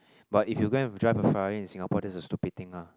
but if you go and drive a in Singapore this is a stupid thing ah